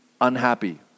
unhappy